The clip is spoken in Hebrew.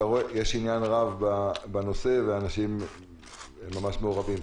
אתה רואה שיש עניין רב בנושא ואנשים ממש מעורבים.